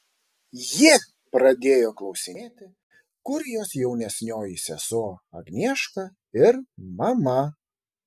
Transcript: ji pradėjo klausinėti kur jos jaunesnioji sesuo agnieška ir mama